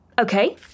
Okay